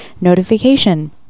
notification